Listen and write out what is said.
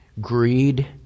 greed